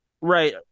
right